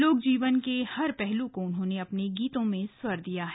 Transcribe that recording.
लोकजीवन के हर पहलू को उन्होंने अपने गीतों में स्वर दिया है